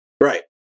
Right